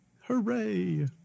hooray